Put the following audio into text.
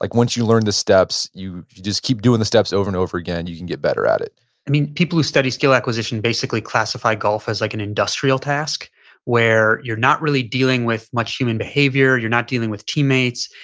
like once you learn the steps, you you just keep doing the steps over and over again and you can get better at it and people who study skill acquisition basically classify golf as like an industrial task where you're not really dealing with much human behavior. you're not dealing with teammates.